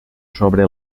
sobre